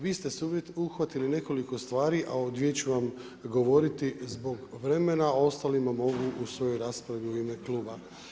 Vi ste se uhvatili nekoliko stvari a o dvije ću vam govoriti zbog vremena a o ostalima mogu u svojoj raspravi u ime kluba.